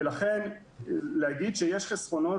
לכן, להגיד שיש חסכונות